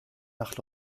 nach